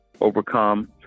overcome